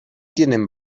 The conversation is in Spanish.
tienen